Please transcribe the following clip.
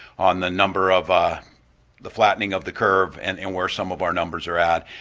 on the number of ah the flattening of the curve and and where some of our numbers are at.